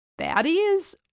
baddies